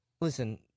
Listen